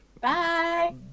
Bye